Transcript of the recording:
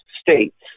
states